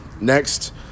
next